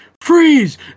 freeze